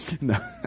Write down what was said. No